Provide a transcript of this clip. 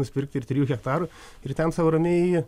nusipirkti ir trijų hektarų ir ten sau ramiai